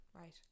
right